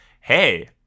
Hey